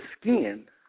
skin